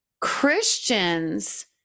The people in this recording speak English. Christians